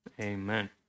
Amen